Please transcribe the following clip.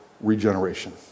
regeneration